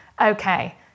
okay